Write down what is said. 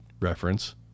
reference